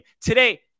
Today